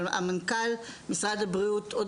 אבל מנכ"ל משרד הבריאות עוד